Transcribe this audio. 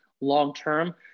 long-term